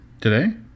Today